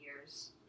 years